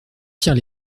pierre